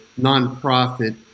nonprofit